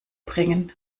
bringen